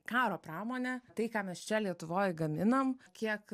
karo pramonė tai ką mes čia lietuvoj gaminam kiek